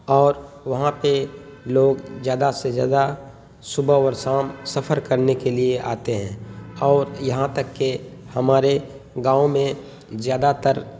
اور وہاں پہ لوگ زیادہ سے زیادہ صبح اور شام سفر کرنے کے لیے آتے ہیں اور یہاں تک کہ ہمارے گاؤں میں زیادہ تر